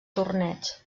torneig